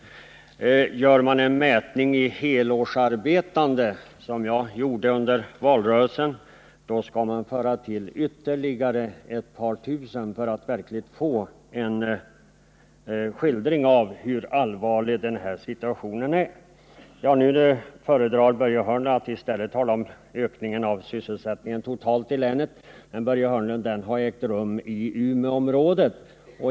Gör man en mätning av antalet helårsarbetande, som jag gjorde under valrörelsen, skall man föra till ytterligare ett par tusen för att få en verklig skildring av hur allvarlig denna situation är. Nu föredrar Börje Hörnlund att i stället tala om ökningen av sysselsättningen totalt i länet. Men, Börje Hörnlund, den har ägt rum i Umeåområdet.